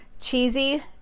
cheesy